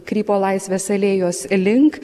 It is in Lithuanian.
krypo laisvės alėjos link